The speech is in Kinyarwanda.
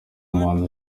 umuhanzi